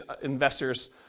investors